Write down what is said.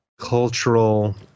cultural